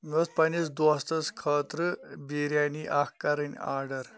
مےٚ اوس پَننِس دوستَس خٲطرٕ بَریانی اکھ کَرٕنۍ آرڈَر